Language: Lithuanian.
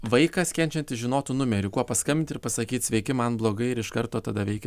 vaikas kenčiantis žinotų numerį kuo paskambint ir pasakyt sveiki man blogai ir iš karto tada veikia